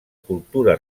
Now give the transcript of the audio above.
cultura